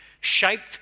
shaped